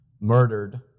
murdered